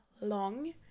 long